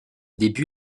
début